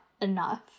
enough